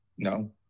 No